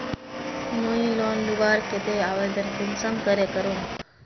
मुई लोन लुबार केते आवेदन कुंसम करे करूम?